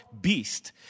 beast